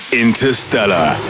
interstellar